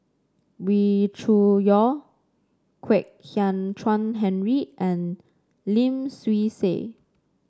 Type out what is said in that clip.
Wee Cho Yaw Kwek Hian Chuan Henry and Lim Swee Say